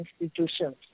institutions